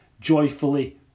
joyfully